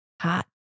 Hot